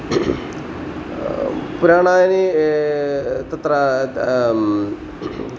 पुराणानि तत्र